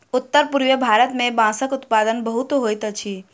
उत्तर पूर्वीय भारत मे बांसक उत्पादन बहुत होइत अछि